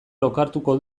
lokartuko